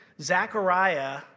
Zechariah